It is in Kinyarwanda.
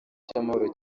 cy’amahoro